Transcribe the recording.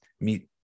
meet